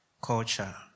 Culture